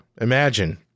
Imagine